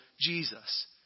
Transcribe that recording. Jesus